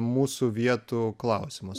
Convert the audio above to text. mūsų vietų klausimas